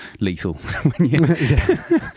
lethal